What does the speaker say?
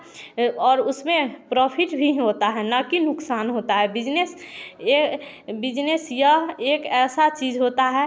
और उसमें प्रॉफिट भी होता हा न की नुकसान होता है बिजनेस यह बिजनेस यह एक ऐसा चीज़ होता है